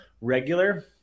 regular